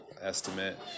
estimate